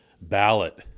ballot